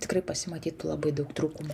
tikrai pasimatytų labai daug trūkumų